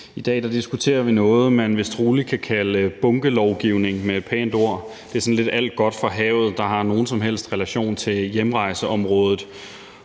I dag diskuterer vi noget, som man vist rolig kan kalde bunkelovgivning – med et pænt ord. Det er sådan lidt alt godt fra havet, der har nogen som helst relation til hjemrejseområdet.